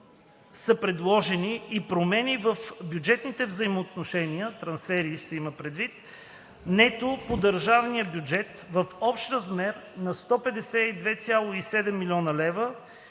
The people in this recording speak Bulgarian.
са предложени и промени в бюджетните взаимоотношения (трансфери) – нето по държавния бюджет в общ размер на 152,7 млн. лв.